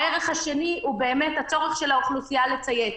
הערך השני הוא באמת הצורך של האוכלוסייה לציית.